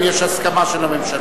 אם יש הסכמה של הממשלה.